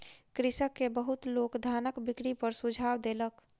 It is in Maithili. कृषक के बहुत लोक धानक बिक्री पर सुझाव देलक